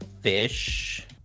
Fish